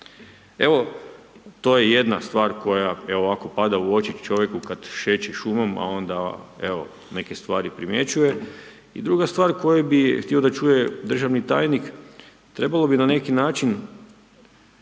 Evo, to je jedna stvar koja evo ovako pada u oči čovjeku kada šeće šumom, a onda evo neke stvari primjećuje. I druga stvar koju bih htio da čuje državni tajnik. Trebalo bi na neki način